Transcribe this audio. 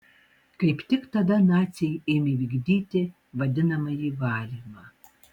kaip tik tada naciai ėmė vykdyti vadinamąjį valymą